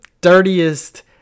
dirtiest